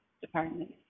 department